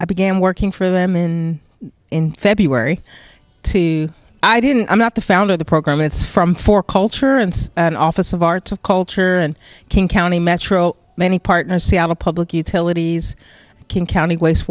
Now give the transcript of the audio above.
i began working for them in february two i didn't i'm not the founder of the program it's from for culture and an office of arts of culture and king county metro many partners seattle public utilities king county waste